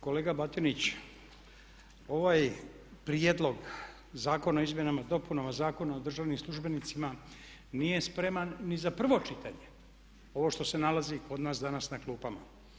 Kolega Batinić, ovaj prijedlog Zakona o izmjenama i dopunama Zakona o državnim službenicima nije spreman ni za prvo čitanje ovo što se nalazi kod nas danas na klupama.